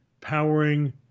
powering